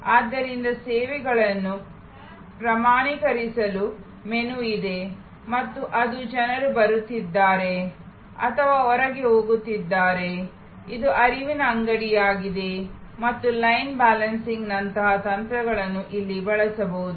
ಆದ್ದರಿಂದ ಸೇವೆಗಳನ್ನು ಪ್ರಮಾಣೀಕರಿಸುವ ಮೆನು ಇದೆ ಮತ್ತು ಅದು ಜನರು ಬರುತ್ತಿದ್ದಾರೆ ಅಥವಾ ಹೊರಗೆ ಹೋಗುತ್ತಿದ್ದಾರೆ ಇದು ಹರಿವಿನ ಅಂಗಡಿಯಾಗಿದೆ ಮತ್ತು ಲೈನ್ ಬ್ಯಾಲೆನ್ಸಿಂಗ್ನಂತಹ ತಂತ್ರಗಳನ್ನು ಇಲ್ಲಿ ಬಳಸಬಹುದು